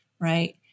right